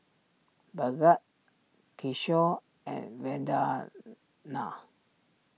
Bhagat Kishore and Vandana